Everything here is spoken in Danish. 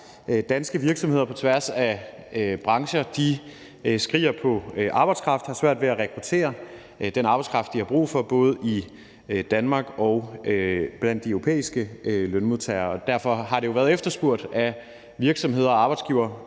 Danske virksomheder på tværs af brancher skriger på arbejdskraft og har svært ved at rekruttere den arbejdskraft, de har brug for, både i Danmark og blandt de europæiske lønmodtagere, og derfor har det jo været efterspurgt af virksomheder og